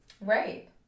right